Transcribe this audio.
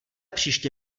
příště